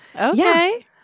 Okay